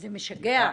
זה משגע.